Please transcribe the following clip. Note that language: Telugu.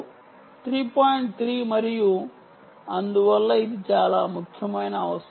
3 మరియు అందువల్ల ఇది చాలా ముఖ్యమైన అవసరం